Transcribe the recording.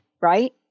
right